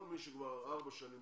כל מי שמשוחרר ארבע שנים,